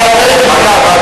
אבל אפשר לפעול, זה לא קשור.